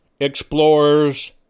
explorers